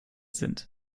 sind